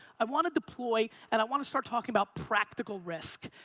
i want to deploy and i want to start talking about practical risk.